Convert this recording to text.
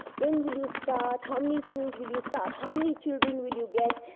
when will you start? how many schools will you start? how many children will you get?